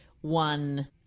one